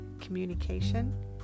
communication